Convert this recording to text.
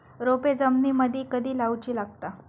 रोपे जमिनीमदि कधी लाऊची लागता?